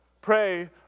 Pray